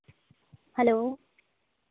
hello